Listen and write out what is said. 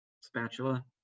spatula